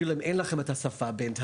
אפילו אם אין להם את השפה בינתיים,